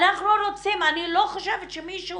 'אנחנו רוצים', אני לא חושבת שהיא